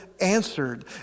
answered